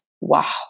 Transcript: wow